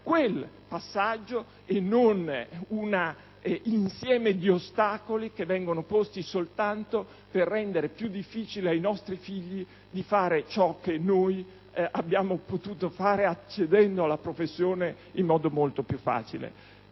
quel passaggio, evitando di porre un insieme di ostacoli intesi soltanto a rendere più difficile ai nostri figli di fare ciò che noi abbiamo potuto fare accedendo alla professione in modo molto più facile.